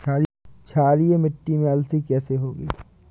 क्षारीय मिट्टी में अलसी कैसे होगी?